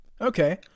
Okay